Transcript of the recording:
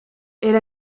era